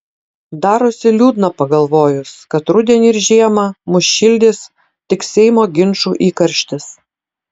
darosi liūdna pagalvojus kad rudenį ir žiemą mus šildys tik seimo ginčų įkarštis